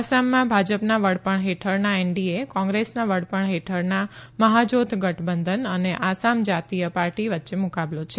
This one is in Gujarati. આસામમાં ભાજપના વડપણ હેઠળના એનડીએ કોંગ્રેસના વડપણ હેઠળના મહાજોત ગઠબંધન અને આસામ જાતીય પાર્ટી વચ્ચે મુકાબલો છે